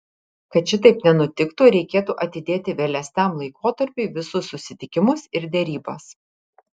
kad šitaip nenutiktų reikėtų atidėti vėlesniam laikotarpiui visus susitikimus ir derybas